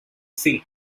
sea